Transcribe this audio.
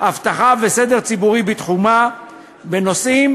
אבטחה וסדר ציבורי בתחומה בנושאים,